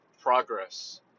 progress